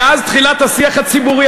מאז תחילת השיח הציבורי,